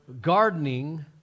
gardening